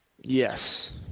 Yes